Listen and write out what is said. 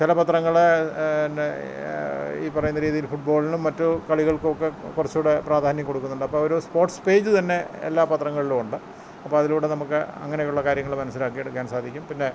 കാരണം പത്രങ്ങളെ ഈ പറയുന്ന രീതിയിൽ ഫുട്ബോളിനും മറ്റു കളികൾക്കും ഒക്കെ കുറച്ചും കൂടി പ്രാധാന്യം കൊടുക്കുന്നുണ്ട് അപ്പം ഒരു സ്പോർട്സ് പേജ് തന്നെ എല്ലാ പത്രങ്ങളിലുണ്ട് അപ്പോൾ അതിലൂടെ നമുക്ക് അങ്ങനെയുള്ള കാര്യങ്ങൾ മനസ്സിലാക്കി എടുക്കാൻ സാധിക്കും പിന്നെ